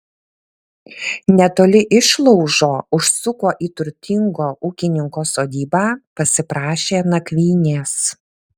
netoli išlaužo užsuko į turtingo ūkininko sodybą pasiprašė nakvynės